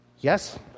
Yes